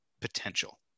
potential